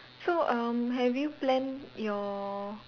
so um have you planned your